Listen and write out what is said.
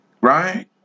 Right